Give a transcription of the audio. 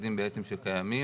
משרדים בעצם שקיימים,